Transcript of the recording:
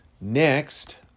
Next